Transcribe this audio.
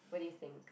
what do you think